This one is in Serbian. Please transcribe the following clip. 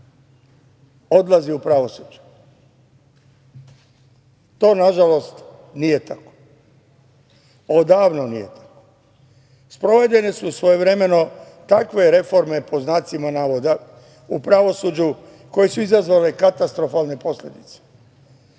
odlazi u pravosuđe. To nažalost nije tako. Odavno nije tako. Sprovedene su svojevremeno takve reforme po znacima navoda u pravosuđu koji su izazvale katastrofalne posledice